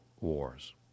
wars